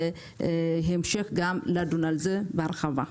בהמשך גם נדון על זה בהרחבה,